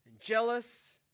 jealous